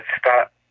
stop